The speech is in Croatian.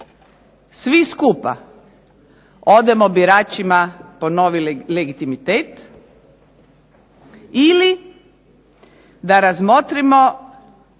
svi skupa odemo biračima po novi legitimitet ili da razmotrimo